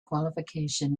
qualification